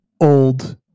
old